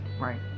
right